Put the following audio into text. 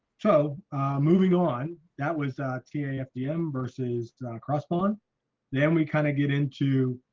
so moving on that was ta fdm versus across bond then we kind of get into